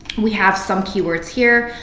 we have some keywords here.